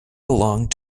belonged